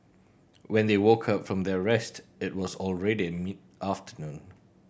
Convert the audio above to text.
when they woke up from their rest it was already mid afternoon